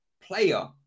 player